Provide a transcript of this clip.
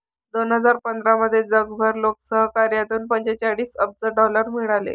दोन हजार पंधरामध्ये जगभर लोकसहकार्यातून पंचेचाळीस अब्ज डॉलर मिळाले